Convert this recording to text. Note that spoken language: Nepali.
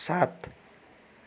सात